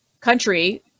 country